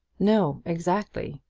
no exactly.